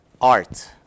art